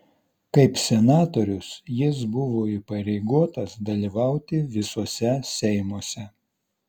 kaip senatorius jis buvo įpareigotas dalyvauti visuose seimuose